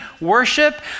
worship